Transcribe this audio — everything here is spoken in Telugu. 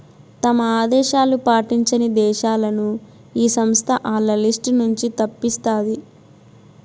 తమ ఆదేశాలు పాటించని దేశాలని ఈ సంస్థ ఆల్ల లిస్ట్ నుంచి తప్పిస్తాది